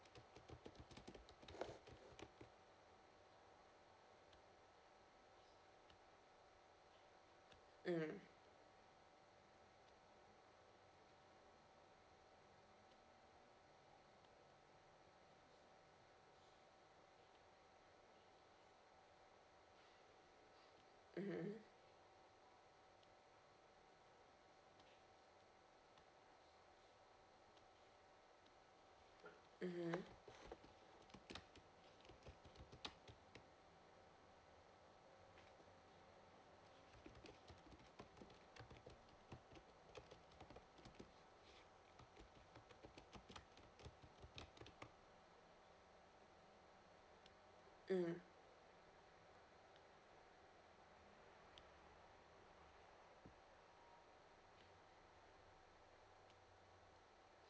mm mmhmm mmhmm mm